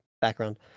background